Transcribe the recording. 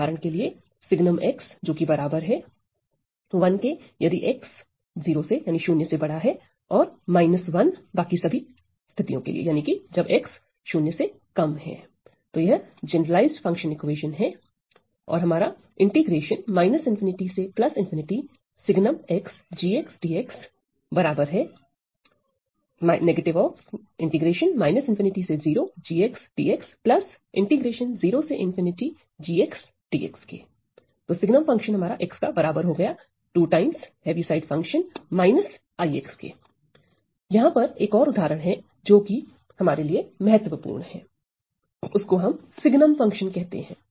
उदाहरण sgn यहां पर एक और उदाहरण है जो हमारे लिए महत्वपूर्ण है उसको हम सिग्नम फंक्शन कहते हैं